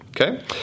Okay